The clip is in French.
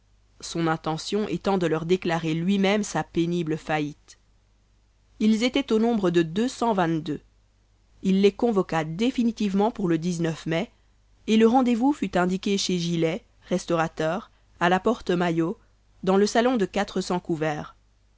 son intention étant de leur déclarer lui-même sa pénible faillite ils étaient au nombre de deux cent vingt-deux il les convoqua définitivement pour le mai et le rendez-vous fut indiqué chez gillet restaurateur à la porte maillot dans le salon de quatre cents couverts